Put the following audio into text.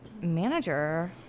manager